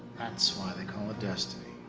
that's why they call it destiny.